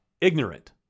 ignorant